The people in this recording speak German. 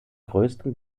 größten